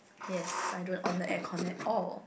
yes I don't on the aircon at all